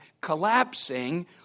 collapsing